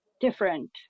different